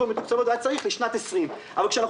כבר מתוקצבות והיה צריך לשנת 2020. אבל כשאנחנו